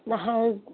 نہ حظ